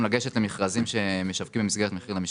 לגשת למכרזים שמשווקים במסגרת מחיר למשתכן.